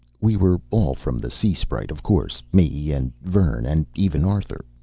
we were all from the sea sprite, of course me and vern and even arthur.